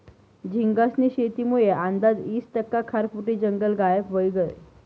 झींगास्नी शेतीमुये आंदाज ईस टक्का खारफुटी जंगल गायब व्हयी गयं